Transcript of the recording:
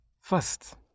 First